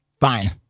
Fine